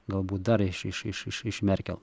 galbūt dar iš iš iš merkel